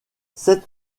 sept